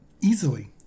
Easily